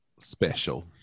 special